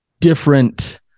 different